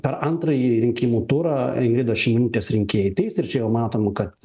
per antrąjį rinkimų turą ingridos šimonytės rinkėjai ateis ir čia jau matom kad